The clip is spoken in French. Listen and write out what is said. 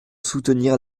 soutenir